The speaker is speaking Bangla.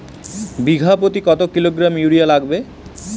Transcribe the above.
বিঘাপ্রতি কত কিলোগ্রাম ইউরিয়া লাগবে?